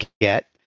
get